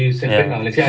ya